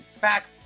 back